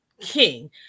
king